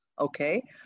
okay